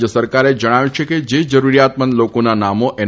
રાજ્ય સરકારે જણાવ્યું છે કે જે જરૂરીયાતમંદ લોકોના નામો એન